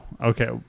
okay